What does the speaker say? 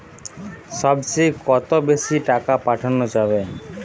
সব চেয়ে কত বেশি টাকা পাঠানো যাবে?